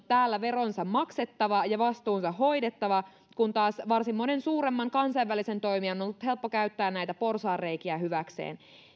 täällä veronsa maksettava ja vastuunsa hoidettava kun taas varsin monen suuremman kansainvälisen toimijan on ollut helppo käyttää näitä porsaanreikiä hyväkseen